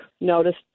noticed